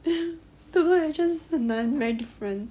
don't know why it's just 很难 very different